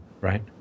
Right